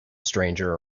stranger